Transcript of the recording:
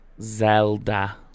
Zelda